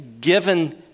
given